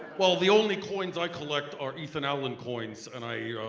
well, the only coins i collect are ethan allen coins and i,